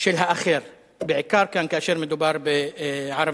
של האחר, בעיקר כאן, כאשר מדובר בערבים.